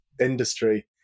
industry